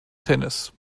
tennis